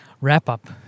wrap-up